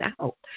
out